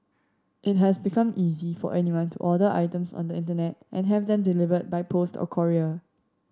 it has become easy for anyone to order items on the Internet and have them delivered by post or courier